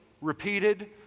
repeated